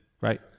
right